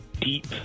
deep